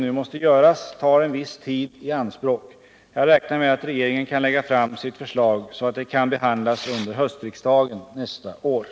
När kommer regeringen att förelägga riksdagen förslag på grundval av 1974 års utredning om en allmän arbetslöshetsförsäkring?